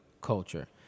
culture